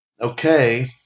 Okay